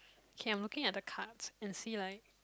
okay I'm looking at the cards and see like